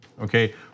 okay